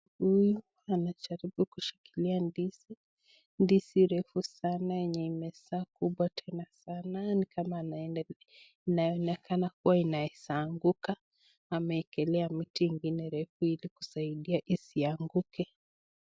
Huyu anajaribu kushikilia ndizi, ndizi refu sana yenye imezaa kubwa tena sana ni kama inaonekana kuwa inaweza anguka ,amewekelea miti ingine refu ili kusaidia isianguke.